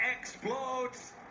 explodes